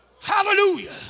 Hallelujah